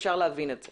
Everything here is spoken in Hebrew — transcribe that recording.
ואפשר להבין את זה